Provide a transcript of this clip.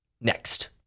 next